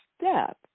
step